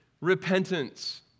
repentance